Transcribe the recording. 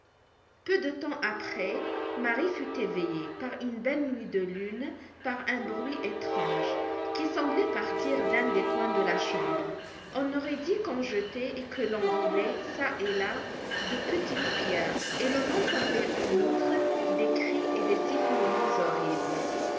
peu de temps après marie fut éveillée par une belle nuit de lune par un bruit étrange qui semblait partir d'un des coins de la chambre on aurait dit qu'on jetait et que l'on roulait çà et là de petites pierres et l'on entendait en outre des cris et des sifflements horribles